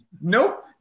Nope